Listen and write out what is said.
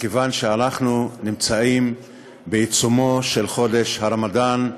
מכיוון שאנחנו נמצאים בעיצומו של חודש הרמדאן.